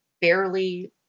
barely